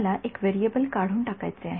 मला एक व्हेरिएबल काढून टाकायचे आहे